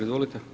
Izvolite.